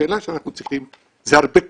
זה הרבה כסף,